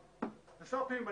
פוליטיים.